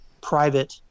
private